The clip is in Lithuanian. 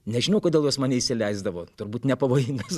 nežinau kodėl jos mane įsileisdavo turbūt nepavojingas